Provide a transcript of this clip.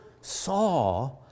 saw